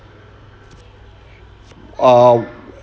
ah